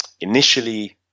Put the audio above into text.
Initially